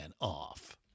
off